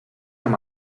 amb